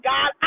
God